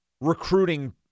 recruiting